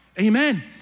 amen